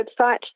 website